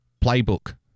playbook